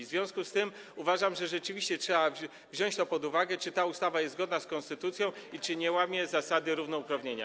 W związku z tym uważam, że rzeczywiście trzeba wziąć pod uwagę to, czy ta ustawa jest zgodna z konstytucją i czy nie łamie zasady równouprawnienia.